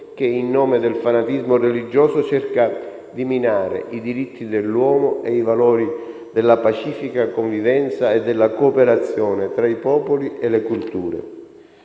che, in nome del fanatismo religioso, cerca di minare i diritti dell'uomo e i valori della pacifica convivenza e della cooperazione tra i popoli e le culture.